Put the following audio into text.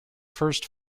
first